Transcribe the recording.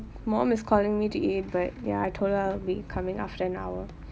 mum is calling me to eat but ya I told her I'll be coming after an hour